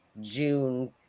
June